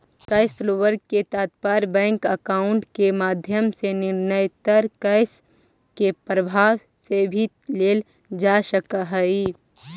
cash flow से तात्पर्य bank account के माध्यम से निरंतर कैश के प्रवाह से भी लेल जा सकऽ हई